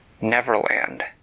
Neverland